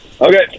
Okay